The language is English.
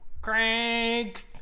Crank